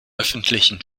öffentlichen